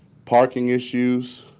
parking issues,